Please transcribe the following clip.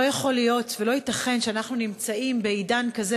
לא יכול להיות ולא ייתכן שאנחנו נמצאים בעידן כזה,